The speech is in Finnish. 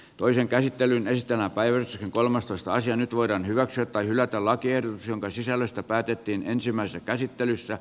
toinen käsittely kestää päivän kolmastoista sija nyt voidaan hyväksyä tai hylätä lakiehdotus jonka sisällöstä päätettiin ensimmäisessä käsittelyssä